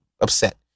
Upset